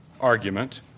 argument